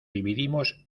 dividimos